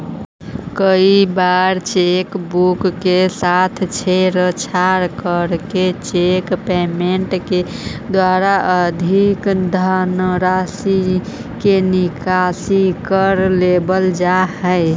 कई बार cheque book के साथ छेड़छाड़ करके चेक पेमेंट के द्वारा अधिक धनराशि के निकासी कर लेवल जा हइ